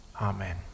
Amen